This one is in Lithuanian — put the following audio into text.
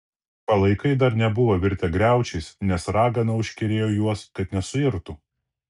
palaikai dar nebuvo virtę griaučiais nes ragana užkerėjo juos kad nesuirtų